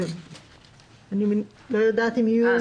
זה